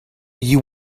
you